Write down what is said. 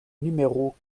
numéro